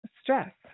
stress